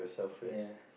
ya